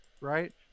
right